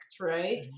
right